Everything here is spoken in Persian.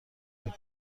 بود